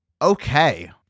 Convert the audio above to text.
Okay